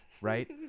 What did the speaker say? right